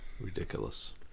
ridiculous